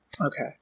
Okay